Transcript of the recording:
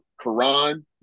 Quran